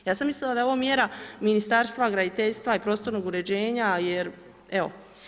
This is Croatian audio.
Ja sam mislila da je ovo mjera Ministarstva graditeljstva i prostornog uređenja jer evo.